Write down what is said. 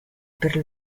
per